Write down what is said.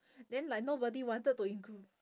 then like nobody wanted to include